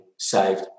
Saved